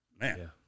Man